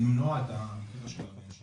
והייתה אמורה למנוע את המקרה של הבן שלי.